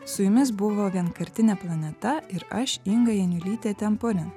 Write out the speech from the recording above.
su jumis buvo vienkartinė planeta ir aš inga janiulytė temporin